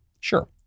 sure